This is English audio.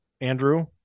Andrew